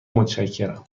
متشکرم